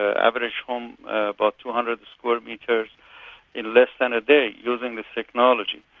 ah average home about two hundred square metres in less than a day using this technology.